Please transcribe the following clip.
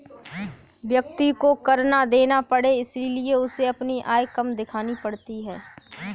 व्यक्ति को कर ना देना पड़े इसलिए उसे अपनी आय कम दिखानी पड़ती है